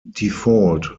default